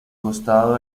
costado